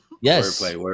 yes